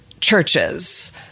churches